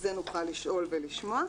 את זה נוכל לשאול ולשמוע.